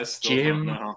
Jim